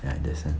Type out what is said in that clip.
you understand